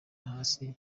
hasi